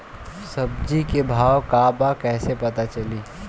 सब्जी के भाव का बा कैसे पता चली?